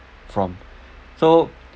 from so